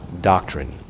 doctrine